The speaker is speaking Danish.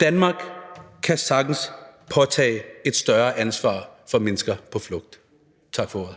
Danmark kan sagtens påtage sig et større ansvar for mennesker på flugt. Tak for ordet.